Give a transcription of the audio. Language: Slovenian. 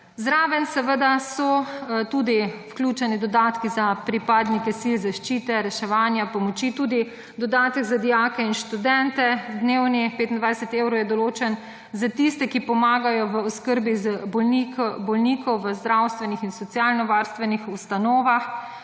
Zraven seveda so tudi vključeni dodatki za pripadnike sil zaščite, reševanja, pomoči, tudi dodatek za dijake in študente, dnevni, 25 evrov je določen, za tiste, ki pomagajo v oskrbi bolnikov v zdravstvenih in socialnovarstvenih ustanovah.